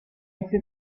este